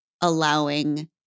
allowing